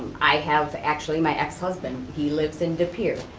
i have actually, my ex-husband, he lives in de pere,